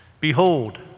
Behold